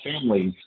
families